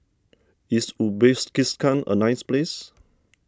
is Uzbekistan a nice place